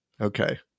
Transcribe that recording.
Okay